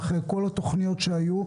אחרי כל התוכניות שהיו.